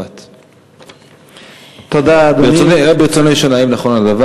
על רקע של שמירת שבת.